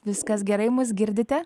viskas gerai mus girdite